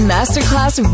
Masterclass